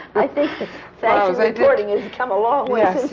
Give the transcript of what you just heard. i think fashion reporting has come a long way.